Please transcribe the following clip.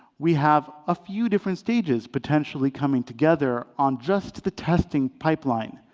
we have a few different stages potentially coming together on just the testing pipeline.